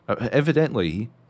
evidently